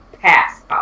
pass